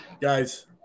guys